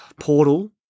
portal